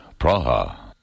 Praha